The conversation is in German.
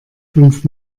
fünf